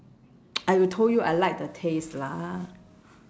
!aiyo! told you I like the taste lah